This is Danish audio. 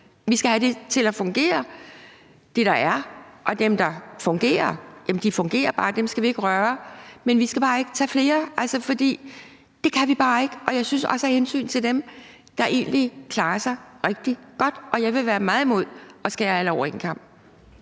Vi skal have det til at fungere. Dem, der fungerer, fungerer bare, og dem skal vi ikke røre, men vi skal bare ikke tage flere, for det kan vi bare ikke, og det er også af hensyn til dem, der egentlig klarer sig rigtig godt. Og jeg vil være meget imod at skære alle over én kam.